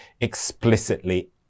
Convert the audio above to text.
explicitly